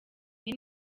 iyi